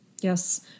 Yes